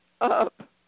up